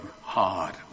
hard